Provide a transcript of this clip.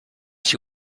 she